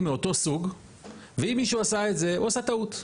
מאותו סוג ואם מישהו עשה את זה הוא עשה טעות.